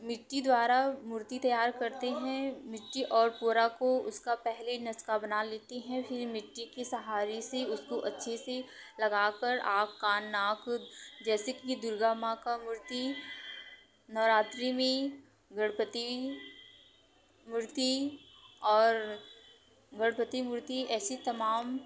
मिट्टी द्वारा मूर्ति तैयार करते हैं मिट्टी और पुअरा को उसका पहले नक्शा बना लेते हैं फिर मिट्टी के सहारे से उसको अच्छे से लगाकर आँख कान नाक जैसे की दुर्गा माँ का मूर्ति नवरात्रि में गणपति मूर्ति और गणपती मूर्ति ऐसी तमाम